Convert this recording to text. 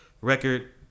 record